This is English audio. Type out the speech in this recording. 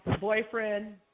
boyfriend